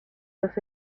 los